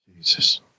Jesus